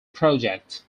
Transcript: project